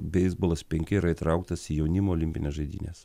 beisbolas penki yra įtrauktas į jaunimo olimpines žaidynes